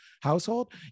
household